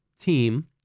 team